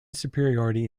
superiority